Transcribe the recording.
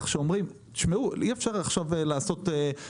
שאומרים שאי אפשר עכשיו לעשות רק מכרז לפי מחיר.